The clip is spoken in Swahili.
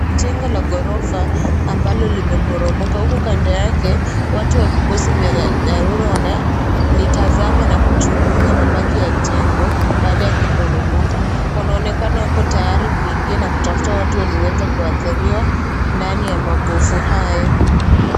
Jengo la ghorofa ambalo limeporomoka huku kando yake watu wa kikozi wa dharura wanatazama na kuchunguza mabaki ya jengo baada ya kuboromoka . Wanaonekana wako tayari kuingia na kutafta watu walioweza kuathiriwa ndani ya mabovu hayo